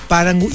Parang